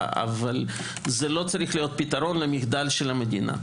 אבל זה לא צריך להיות פתרון למחדל המדינה,